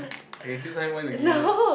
I can choose how many point to give you ah